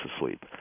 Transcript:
asleep